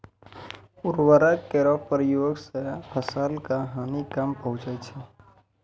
उर्वरक केरो प्रयोग सें फसल क हानि कम पहुँचै छै